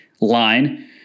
line